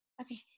Okay